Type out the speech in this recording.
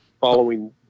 following